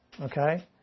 Okay